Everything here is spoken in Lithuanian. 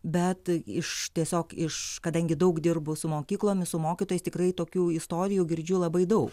bet iš tiesiog iš kadangi daug dirbu su mokyklomis su mokytojais tikrai tokių istorijų girdžiu labai daug